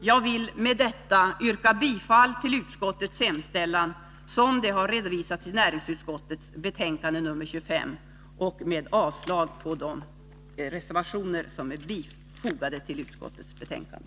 Jag vill med detta yrka bifall till utskottets hemställan som den har redovisats i näringsutskottets betänkande nr 25, vilket innebär avslag på de reservationer som är bifogade utskottets betänkande.